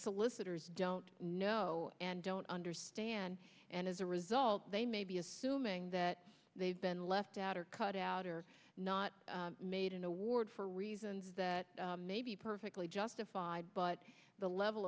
solicitors don't know and don't understand and as a result they may be assuming that they've been left out or cut out or not made in a ward for reasons that may be perfectly justified but the level